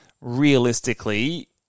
realistically